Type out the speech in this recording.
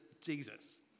Jesus